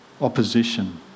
opposition